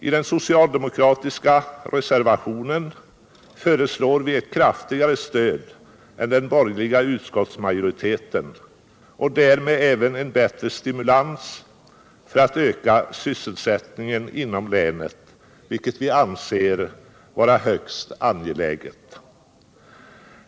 I den socialdemokratiska reservationen föreslår vi ett kraftigare stöd än den borgerliga utskottsmajoriteten, och därmed även en bättre stimulans för att öka sysselsättningen inom länet, vilket vi anser vara högst angeläget.